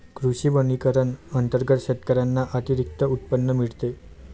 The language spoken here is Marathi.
कृषी वनीकरण अंतर्गत शेतकऱ्यांना अतिरिक्त उत्पन्न मिळते